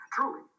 Truly